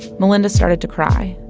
melynda started to cry.